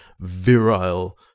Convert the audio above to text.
virile